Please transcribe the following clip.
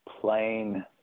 plain